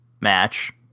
match